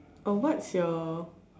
oh what's your